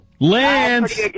Lance